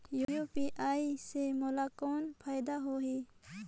UPI से मोला कौन फायदा होही?